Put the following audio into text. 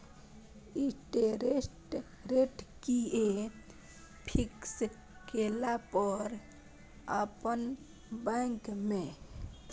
Interest rate कि ये fix केला पर अपन बैंक में?